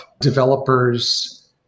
developers